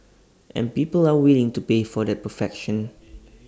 and people are willing to pay for the perfection